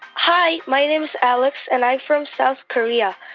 hi. my name's alex, and i'm from south korea.